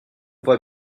voit